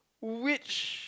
which